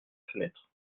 fenêtre